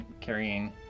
carrying